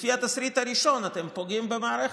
לפי התסריט הראשון, אתם פוגעים במערכת,